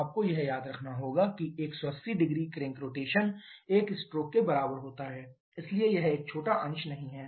आपको यह याद रखना होगा कि 1800 क्रैंक रोटेशन एक स्ट्रोक के बराबर होता है इसलिए यह एक छोटा अंश नहीं है